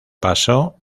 pasó